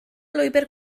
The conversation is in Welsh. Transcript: lwybr